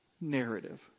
narrative